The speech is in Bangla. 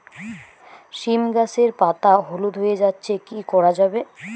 সীম গাছের পাতা হলুদ হয়ে যাচ্ছে কি করা যাবে?